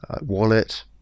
wallet